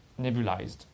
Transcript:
nebulized